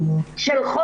של עצורים מסוכנים,